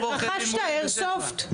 רכשת איירסופט?